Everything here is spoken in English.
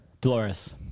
Dolores